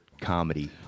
comedy